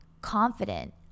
confident